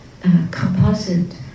composite